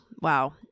Wow